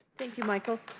thank you, michael.